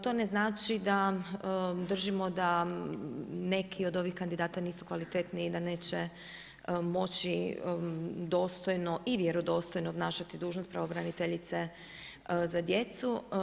To ne znači da držimo da neki od ovih kandidata nisu kvalitetniji i da neće moći dostojno i vjerodostojno obnašati dužnost pravobraniteljice za djecu.